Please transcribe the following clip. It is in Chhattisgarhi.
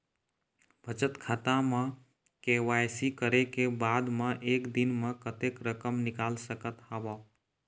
बचत खाता म के.वाई.सी करे के बाद म एक दिन म कतेक रकम निकाल सकत हव?